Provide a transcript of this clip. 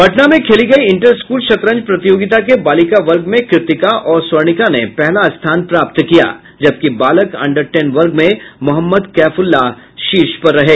पटना में खेली गयी इंटर स्कूल शतरंज प्रतियोगिता के बालिका वर्ग में कृतिका और स्वर्णिका ने पहला स्थान प्राप्त किया जबकि बालक अंडर टेन वर्ग में मोहम्मद कैफउल्लाह शीर्ष पर रहें